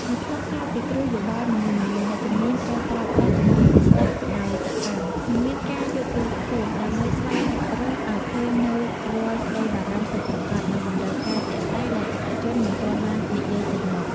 នៅក្នុងការពិគ្រោះយោបល់នីមួយៗ អ្នកជំនាញត្រូវប្រើប្រាស់ជំនាញស្ដាប់ដោយសកម្ម និងមានការយោគយល់ខ្ពស់ ដើម្បីស្វែងរកឱ្យឃើញនូវរាល់ក្ដីបារម្ភពិតប្រាកដ និងតម្រូវការជាក់ស្ដែងដែលអតិថិជនមិនទាន់បាននិយាយចេញមក។